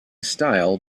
style